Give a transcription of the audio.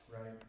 right